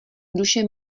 duše